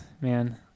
man